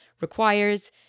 requires